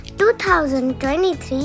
2023